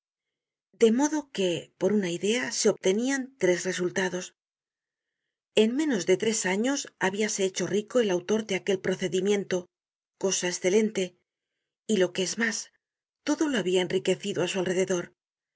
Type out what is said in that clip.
de modo que por una idea se obtenian tres resultados en menos de tres años habíase hecho rico el autor de aquel procedimiento cosa escelente y lo que es mas todo lo habia enriquecido á su alrededor era